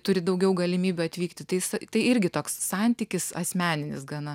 turi daugiau galimybių atvykti tai jis tai irgi toks santykis asmeninis gana